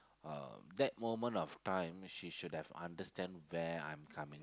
uh that moment of time she should have understand where I'm coming